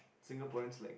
Singaporeans like